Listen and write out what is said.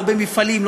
לא במפעלים,